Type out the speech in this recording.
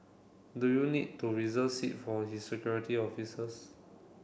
do you need to reserve seat for his security officers